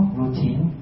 routine